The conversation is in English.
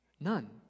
None